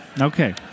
Okay